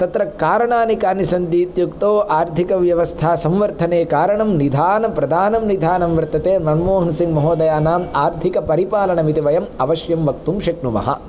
तत्र कारणानि कानि सन्ति इत्युक्तौ आर्थिकव्यवस्थासंवर्द्धने कारणं निधान प्रधानं निदानं वर्तते मनमोहनसिंहमहोदयानाम् आर्थिकपरिपालनमिति वयम् अवश्यं वक्तुं शक्नुमः